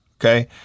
okay